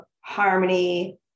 harmony